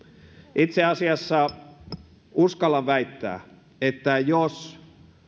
itse asiassa uskallan väittää että jos